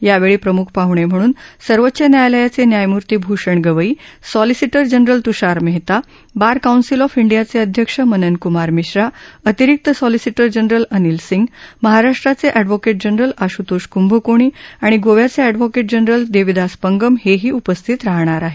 यावेळी प्रमुख पाहणे म्हणून सर्वोच्च न्यायालयाचे न्यायमूर्ती Bhushan Gavai solicitor general Tushar Mehta bar council of इंडियाचे अध्यक्ष मनन क्मार मिश्रा अतिरिक्त सॉलिसिटर जनरल अनिल सिंग महाराष्ट्राचे अष्ठव्होकेट जनरल अश्तोष कुंभकोणी आणि गोव्याचे अप्ठव्होकेट जनलर देवीदास पंगम हेही उपस्थितीत राहणार आहे